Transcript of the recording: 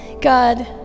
God